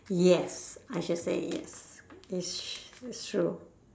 yes I should say yes it's it's true